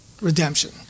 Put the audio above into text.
redemption